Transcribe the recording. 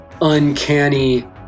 uncanny